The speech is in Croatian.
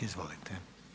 Izvolite.